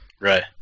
Right